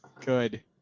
Good